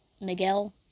Miguel